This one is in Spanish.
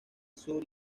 sur